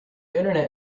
internet